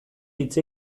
hitz